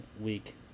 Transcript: week